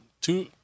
two